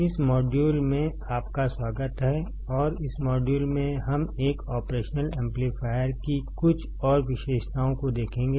इस मॉड्यूल में आपका स्वागत है और इस मॉड्यूल में हम एक ऑपरेशनल एम्पलीफायर की कुछ और विशेषताओं को देखेंगे